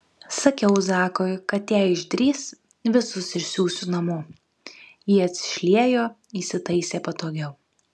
sakiau zakui kad jei išdrįs visus išsiųsiu namo ji atsišliejo įsitaisė patogiau